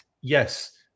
Yes